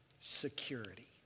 Security